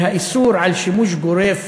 והאיסור על שימוש גורף